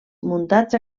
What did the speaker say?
muntats